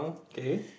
K